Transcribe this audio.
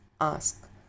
Ask